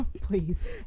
Please